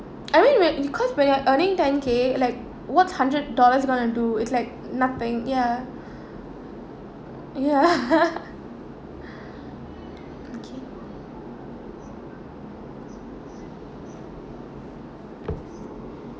I mean when because when you are earning ten K like what's hundred dollars gonna do is like nothing ya ya okay